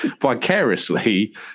vicariously